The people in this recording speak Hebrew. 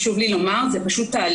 חשוב לי לומר שזה תהליך.